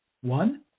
One